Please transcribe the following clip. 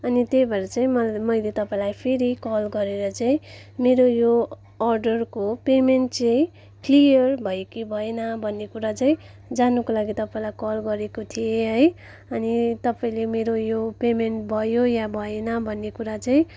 अनि त्यही भएर चाहिँ म मैले तपाईँलाई फेरि कल गरेर चाहिँ मेरो यो अर्डरको पेमेन्ट चाहिँ क्लियर भयो कि भएन भन्ने कुरा चाहिँ जान्नुको लागि तपाईँलाई कल गरेको थिएँ है अनि तपाईँले मेरो यो पेमेन्ट भयो वा भएन भन्ने कुरा चाहिँ